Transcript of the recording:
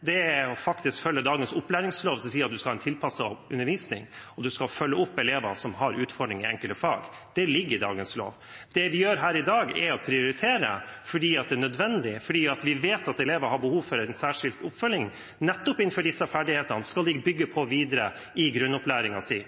det. Det er faktisk å følge dagens opplæringslov, som sier at man skal ha en tilpasset undervisning, og man skal følge opp elever som har utfordringer i enkelte fag. Det ligger i dagens lov. Det vi gjør her i dag, er å prioritere, fordi det er nødvendig, fordi vi vet at elever har behov for en særskilt oppfølging – nettopp disse ferdighetene skal de bygge videre på i grunnopplæringen sin.